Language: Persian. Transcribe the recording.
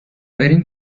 بریم